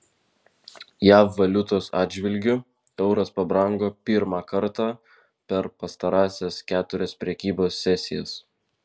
jav valiutos atžvilgiu euras pabrango pirmą kartą per pastarąsias keturias prekybos sesijas